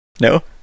no